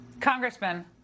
Congressman